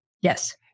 Yes